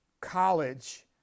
college